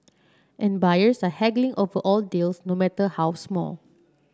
and buyers are haggling over all deals no matter how small